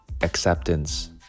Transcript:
acceptance